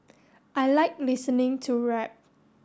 I like listening to rap